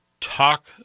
talk